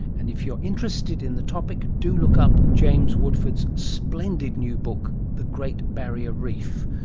and if you're interested in the topic, do look up james woodford's splendid new book, the great barrier reef,